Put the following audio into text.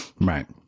right